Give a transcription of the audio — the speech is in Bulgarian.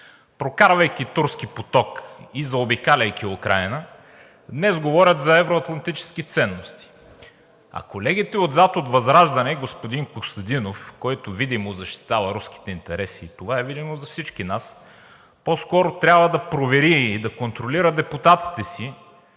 прокарвайки Турски поток и заобикаляйки Украйна, днес говорят за евро-атлантически ценности. А колегите отзад от ВЪЗРАЖДАНЕ – господин Костадинов, който видимо защитава руските интереси и това е видимо за всички нас, по-скоро трябва да провери и да контролира депутатите си,